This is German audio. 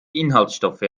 inhaltsstoffe